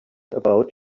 about